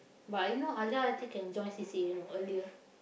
but I know Alia I think can join C_C_A you know earlier